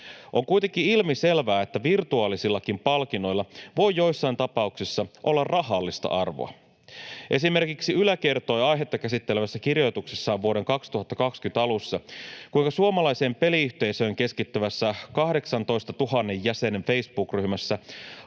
On kuitenkin ilmiselvää, että virtuaalisillakin palkinnoilla voi joissain tapauksissa olla rahallista arvoa. Esimerkiksi Yle kertoi aihetta käsittelevässä kirjoituksessaan vuoden 2020 alussa, kuinka suomalaiseen peliyhteisöön keskittyvässä 18 000 jäsenen Facebook-ryhmässä